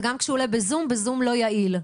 וגם כשהוא עולה בזום זה זום לא יעיל.